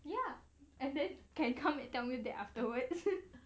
ya and then can come and tell me that afterwards